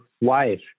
wife